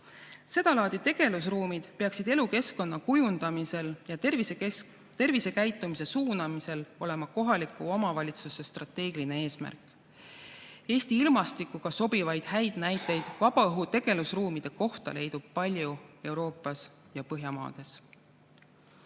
Sedalaadi tegelusruumid peaksid elukeskkonna kujundamisel ja tervisekäitumise suunamisel olema kohaliku omavalitsuse strateegiline eesmärk. Eesti ilmastikuga sobivaid häid näiteid vabas õhus olevate tegelusruumide kohta leidub Euroopas, eriti just Põhjamaades